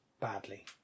badly